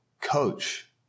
coach